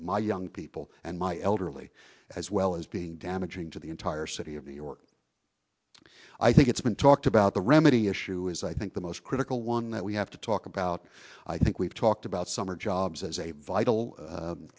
my young people and my elderly as well as being damaging to the entire city of new york i think it's been talked about the remedy issue is i think the most critical one that we have to talk about i think we've talked about summer jobs as a vital